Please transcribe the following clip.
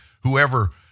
Whoever